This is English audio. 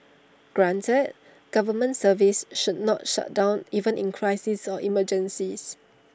granted government services should not shut down even in crises or emergencies